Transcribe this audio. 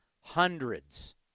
Hundreds